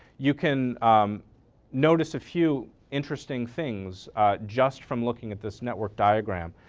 you can notice a few interesting things just from looking at this network diagram.